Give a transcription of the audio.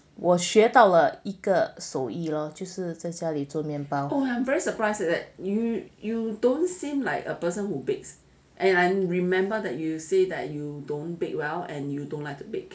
我学到了一个手艺 lor 就是在家里做面包